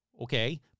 Okay